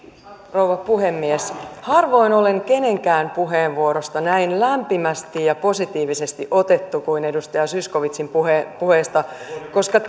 rouva puhemies harvoin olen kenenkään puheenvuorosta näin lämpimästi ja positiivisesti otettu kuin edustaja zyskowiczin puheesta puheesta koska